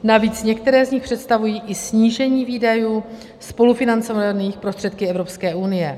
Navíc některé z nich představují i snížení výdajů spolufinancovaných prostředky Evropské unie.